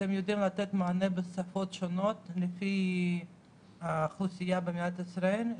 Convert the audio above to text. אתם יודעים לתת מענה בשפות שונות לפי האוכלוסייה במדינת ישראל?